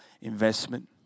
investment